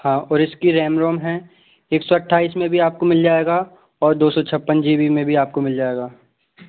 हाँ और इसकी रेम रोम है एक सौ अठ्ठाईस में भी आपको मिल जाएगा और दो सौ छप्पन जी बी में भी आपको मिल जाएगा